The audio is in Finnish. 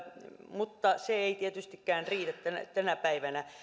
mutta se ei tietystikään riitä tänä päivänä